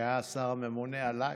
שהיה השר הממונה עליי.